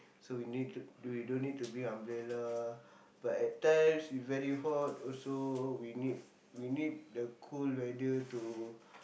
so you need to you don't need to bring umbrella but at times you very hot also we need we need the cool weather to